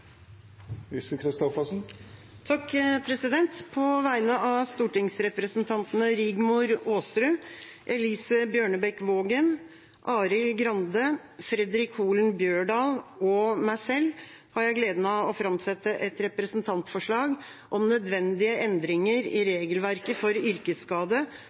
På vegne av stortingsrepresentantene Rigmor Aasrud, Elise Bjørnebekk-Waagen, Arild Grande, Fredric Holen Bjørdal og meg selv har jeg gleden av å framsette et representantforslag om nødvendige endringer i regelverket for yrkesskade,